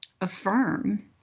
affirm